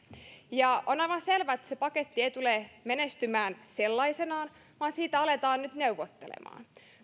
on aivan selvää että se paketti ei tule menestymään sellaisenaan vaan siitä aletaan nyt neuvottelemaan